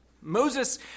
Moses